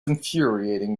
infuriating